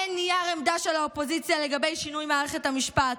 אין נייר עמדה של האופוזיציה לגבי שינוי מערכת המשפט.